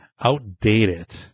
outdated